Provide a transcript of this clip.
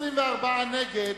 24 נגד.